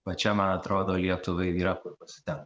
va čia man atrodo lietuvai yra kur pasitempt